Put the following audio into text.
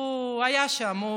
הוא היה שם,